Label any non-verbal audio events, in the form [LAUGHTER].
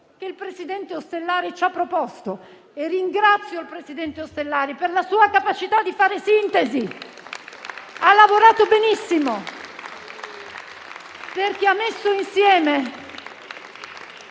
che il presidente Ostellari ha proposto. Ringrazio il presidente Ostellari per la sua capacità di fare sintesi, [APPLAUSE] ha lavorato benissimo perché ha messo insieme